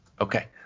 Okay